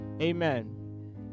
Amen